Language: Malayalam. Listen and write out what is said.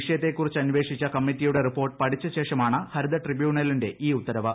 വിഷയത്തെക്കുറിച്ച് അന്വേഷിച്ച കമ്മറ്റിയുടെ റിപ്പോർട്ട് പഠിച്ചശേഷമാണ് ഹരിതട്രിബ്യൂണലിന്റെ ഇയ്ല ഉത്തരവ്